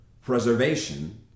preservation